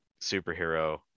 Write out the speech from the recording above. superhero